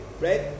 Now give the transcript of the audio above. right